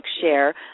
share